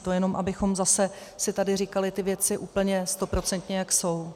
To jenom abychom zase si tady říkali ty věci úplně stoprocentně, jak jsou.